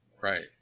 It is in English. Right